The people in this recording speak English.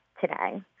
today